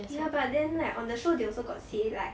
ya but then like on the show they also got say like